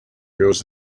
goes